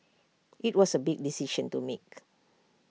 IT was A big decision to make